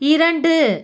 இரண்டு